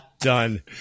Done